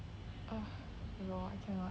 uh raw I cannot